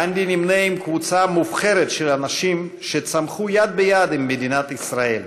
גנדי נמנה עם קבוצה מובחרת של אנשים שצמחו יד ביד עם מדינת ישראל,